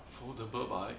foldable bike